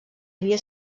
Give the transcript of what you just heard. havia